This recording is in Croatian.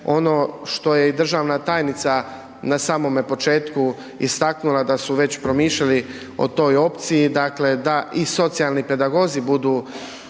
ono što je i državna tajnica na samome početku istaknula da su već promišljali o toj opciji da i socijalni pedagozi budu